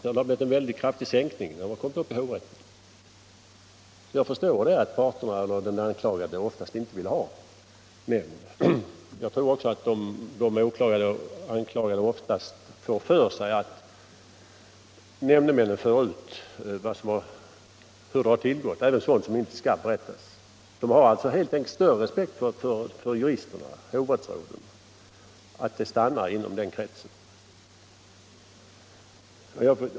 Det har blivit en mycket kraftig sänkning i hovrätten. Man förstår verkligen att den anklagade oftast inte vill ha nämnd. Jag tror också att de anklagade oftast får för sig att nämndemännen för ut sådant som försigått, även sådant som inte skall berättas. De anklagade har större respekt för juristernas förmåga att låta det stanna inom den kretsen.